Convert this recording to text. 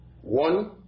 one